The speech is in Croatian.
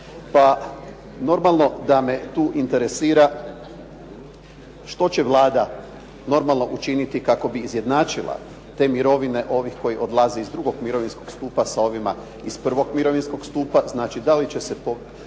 Pa normalno da me tu interesira što će Vlada normalno učiniti kako bi izjednačila te mirovine ovih koji odlaze iz drugog mirovinskog stupa sa ovima iz prvog mirovinskog stupa? Znači, da li će se